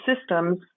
systems